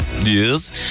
Yes